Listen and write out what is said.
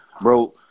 bro